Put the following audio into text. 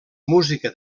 música